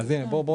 יש